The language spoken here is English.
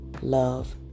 love